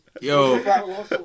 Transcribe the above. Yo